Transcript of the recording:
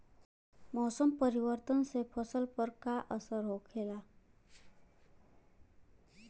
मौसम परिवर्तन से फसल पर का असर होखेला?